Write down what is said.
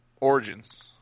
Origins